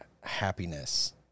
happiness